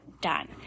done